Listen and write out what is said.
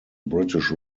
british